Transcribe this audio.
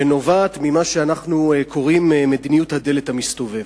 שנובעת ממה שאנחנו קוראים לו "מדיניות הדלת המסתובבת".